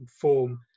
form